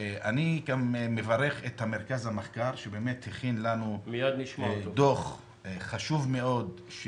אני גם מברך את מרכז המחקר שבאמת הכין לנו דוח חשוב מאוד.